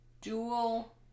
Dual